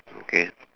okay